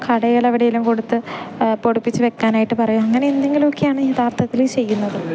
കടയിൽ എവിടെയെങ്കിലും കൊടുത്ത് പൊടിപ്പിച്ച് വെക്കാനായിട്ട് പറയും അങ്ങനെ എന്തെങ്കിലും ഒക്കെയാണ് യഥാർത്ഥത്തിൽ ചെയ്യുന്നത്